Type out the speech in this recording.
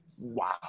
wow